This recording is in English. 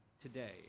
today